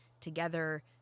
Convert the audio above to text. together